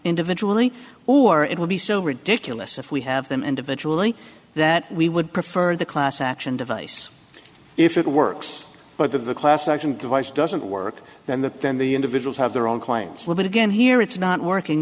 individually or it would be so ridiculous if we have them individually that we would prefer the class action device if it works but that the class action device doesn't work then that then the individuals have their own claims limit again here it's not working